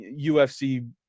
UFC